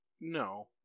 No